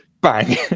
bang